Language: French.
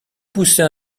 poussait